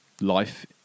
life